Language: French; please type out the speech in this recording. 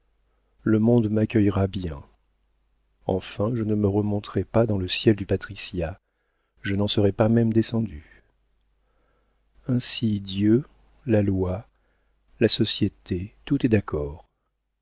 le monde m'accueillera bien enfin je ne remonterai pas dans le ciel du patriciat je n'en serai pas même descendue ainsi dieu la loi la société tout est d'accord